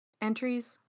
entries